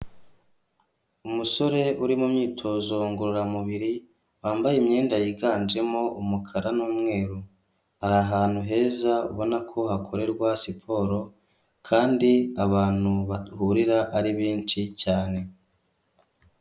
Umusore uri mu myitozo ngororamubiri wambaye imyenda yiganjemo umukara n'umweru, ari ahantu heza ubona ko hakorerwa siporo kandi abantu bahurira ari benshi cyane.